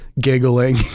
giggling